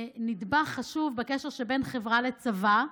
נדבך חשוב בקשר שבין החברה לצבא,